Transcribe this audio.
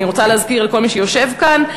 אני רוצה להזכיר לכל מי שיושב כאן,